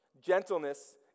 Gentleness